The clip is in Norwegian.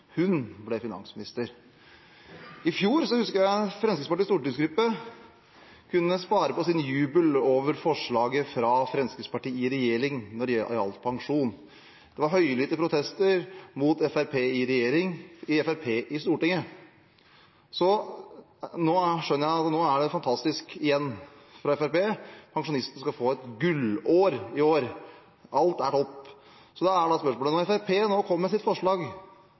hun ble finansminister. I fjor husker jeg at Fremskrittspartiets stortingsgruppe sparte på sin jubel over forslaget fra Fremskrittspartiet i regjering når det gjaldt pensjon. Det var høylytte protester mot Fremskrittspartiet i regjering fra Fremskrittspartiet i Stortinget. Nå skjønner jeg det er fantastisk igjen fra Fremskrittspartiet – pensjonistene skal få et gullår i år. Alt er topp. Så er spørsmålet: Når det nå kommer et forslag